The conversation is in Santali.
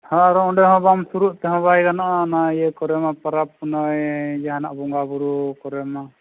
ᱦᱮᱸ ᱟᱫᱚ ᱚᱸᱰᱮᱦᱚᱸ ᱵᱟᱢ ᱛᱩᱞᱟᱹᱜ ᱛᱮᱦᱚᱸ ᱵᱟᱭ ᱜᱟᱱᱚᱜᱼᱟ ᱚᱱᱟ ᱤᱭᱟᱹ ᱠᱚᱨᱮᱢᱟ ᱯᱚᱨᱚᱵᱽ ᱯᱩᱱᱟᱹᱭ ᱡᱟᱦᱟᱱᱟᱜ ᱵᱚᱸᱜᱟᱼᱵᱩᱨᱩ ᱠᱚᱨᱮᱢᱟ